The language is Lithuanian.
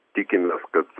tikimės kad